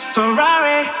Ferrari